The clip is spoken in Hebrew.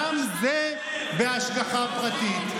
גם זה בהשגחה פרטית.